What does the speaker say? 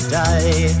die